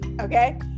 okay